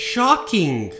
Shocking